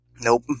Nope